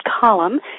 column